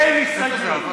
את ההסתייגויות.